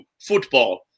football